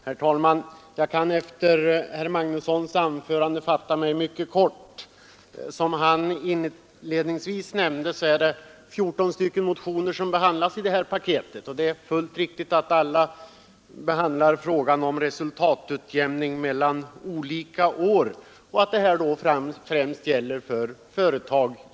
Herr talman! Efter herr Magnussons i Borås anförande kan jag fatta mig mycket kort. Som herr Magnusson inledningsvis nämnde behandlas 14 motioner i detta paket, och alla handlar om resultatutjämning mellan olika år, främst givetvis för företag.